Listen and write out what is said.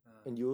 ah